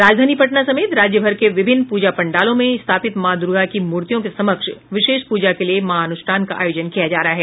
राजधानी पटना समेत राज्यभर के विभिन्न पूजा पंडालों में स्थापति मां दूर्गा की मूर्तियों के समक्ष विशेष पूजा के लिये महानुष्ठान का आयोजन किया जा रहा है